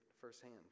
firsthand